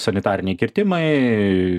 sanitariniai kirtimai